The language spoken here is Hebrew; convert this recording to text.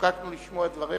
השתוקקנו לשמוע את דבריך,